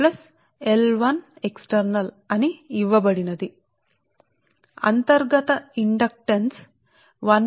అందువల్ల కండక్టర్ 1 యొక్క మొత్తం ఇండక్టెన్స్ L1 చేత ఇవ్వబడినది ఇది అంతర్గత ఇండక్టన్స్ కి సమానం